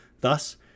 Thus